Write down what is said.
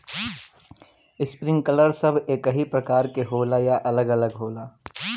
Sprinkler सब एकही प्रकार के होला या अलग अलग होला?